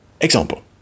example